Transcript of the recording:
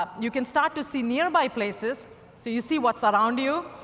um you can start to see nearby places so you see what's ah around you.